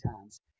times